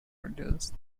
videos